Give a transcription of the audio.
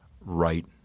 right